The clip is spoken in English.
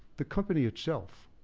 the company itself